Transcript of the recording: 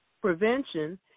Prevention